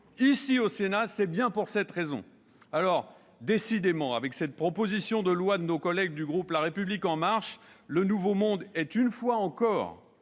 au Sénat, c'est bien pour cette raison. Décidément, avec cette proposition de loi organique de nos collègues du groupe La République En Marche, le nouveau monde défend, une fois encore,